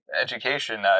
education